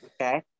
Okay